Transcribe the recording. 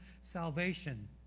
salvation